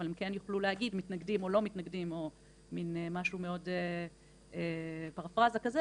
אבל הם כן יוכלו להגיד אם הם מתנגדים או לא מתנגדים או מן פרפרזה כזאת,